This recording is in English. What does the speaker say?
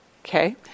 okay